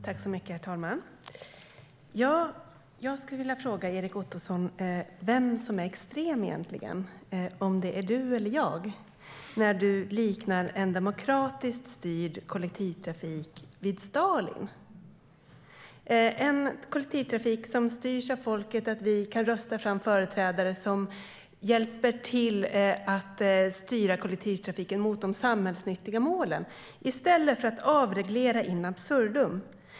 Herr talman! Jag skulle vilja fråga Erik Ottoson vem som egentligen är extrem, om det är han eller jag, när han liknar en demokratiskt styrd kollektivtrafik vid Stalin. Det handlar om en kollektivtrafik som styrs av folket. Vi kan rösta fram företrädare som hjälper till att styra kollektivtrafiken mot de samhällsnyttiga målen i stället för att avreglera in absurdum.